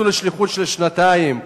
יצאו לשליחות לשנתיים,